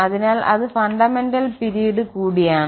അതിനാൽ അത് fundamental period കൂടിയാണ്